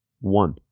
One